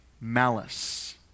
malice